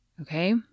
Okay